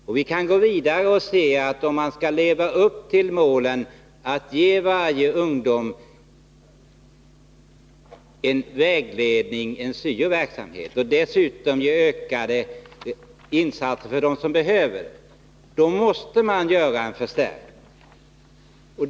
Och vi kan gå vidare: Om man skall leva upp till målet att ge varje ungdom vägledning inom syo-verksamheten och dessutom göra större insatser för dem som behöver det, måste det till en förstärkning.